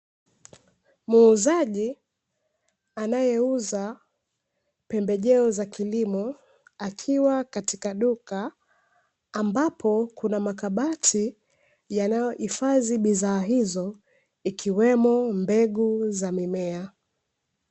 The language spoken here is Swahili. Muuzaji anayeuza pembejeo za kilimo, akiwa katika duka ambapo kuna makabati yanayohifadhi bidhaa hizo, ikiwemo mbegu za mimea.